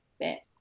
bit